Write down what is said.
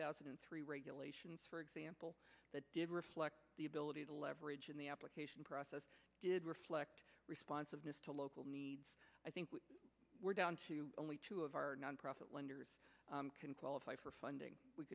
thousand and three regulations for example reflect the ability to leverage in the application process reflect responsiveness to local needs i think we were down to only two of our nonprofit lenders can qualify for funding we